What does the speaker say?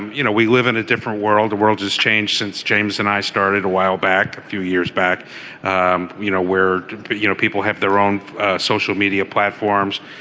you know we live in a different world the world has changed since james and i started a while back a few years back um you know where you know people have their own social media platforms.